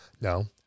No